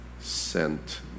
sent